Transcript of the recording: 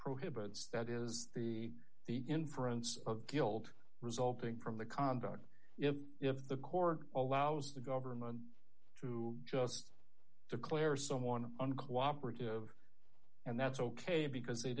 prohibits that is the the inference of guilt resulting from the conduct of the court allows the government to just declare someone uncooperative and that's ok because they